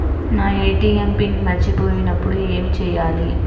నా ATM PIN మర్చిపోయినప్పుడు ఏమి చేయాలి?